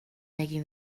making